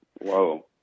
Whoa